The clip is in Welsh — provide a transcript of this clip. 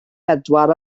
bedwar